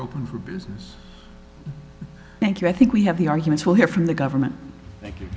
open for business thank you i think we have the arguments we'll hear from the government